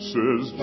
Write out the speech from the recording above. Says